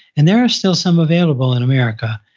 and there is still some available in america.